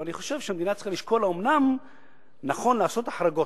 המדינה צריכה לשקול האומנם נכון לעשות החרגות.